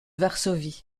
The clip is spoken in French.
varsovie